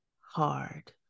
hard